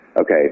okay